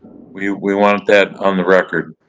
we we want that on the record,